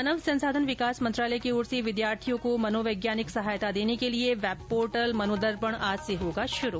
मानव संसाधान विकास मंत्रालय की ओर से विद्यार्थियों को मनोवैज्ञानिक सहायता देने के लिए वेब पोर्टल मनोदर्पण आज से होगा शुरू